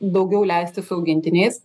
daugiau leisti su augintiniais